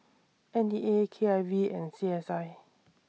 N E A K I V and C S I